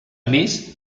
més